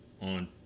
on